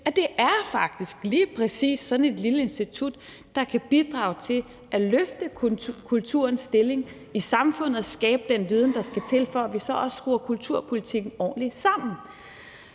at det faktisk lige præcis er sådan et lille institut, der kan bidrage til at løfte kulturens stilling i samfundet og skabe den viden, der skal til, for at vi så også skruer kulturpolitikken ordentligt sammen.